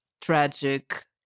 tragic